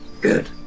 Good